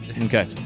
Okay